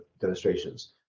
demonstrations